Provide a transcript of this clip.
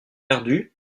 perdu